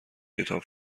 کتاب